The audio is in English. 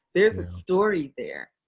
there's a story there.